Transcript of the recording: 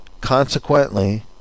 consequently